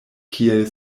kiel